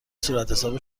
صورتحساب